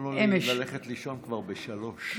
יכולנו ללכת לישון כבר ב-03:00.